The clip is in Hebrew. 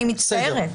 אני מצטערת.